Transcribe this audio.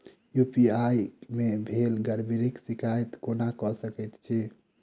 UPI मे भेल गड़बड़ीक शिकायत केना कऽ सकैत छी?